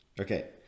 okay